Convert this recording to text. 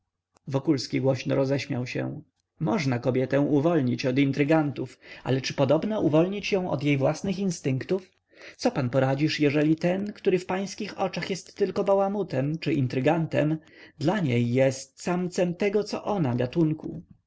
intrygantami wokulski głośno roześmiał się można kobietę uwolnić od intrygantów ale czy podobna uwolnić ją od jej własnych instynktów co pan poradzisz jeżeli ten który w pańskich oczach jest tylko bałamutem czy intrygantem dla niej jest samcem tego co ona gatunku